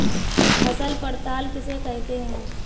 फसल पड़ताल किसे कहते हैं?